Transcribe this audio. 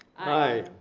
aye.